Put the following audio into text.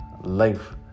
life